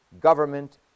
government